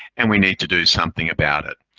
and we need to do something about it.